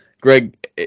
Greg